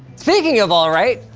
speaking of all right,